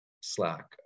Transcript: slack